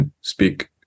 speak